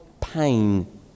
pain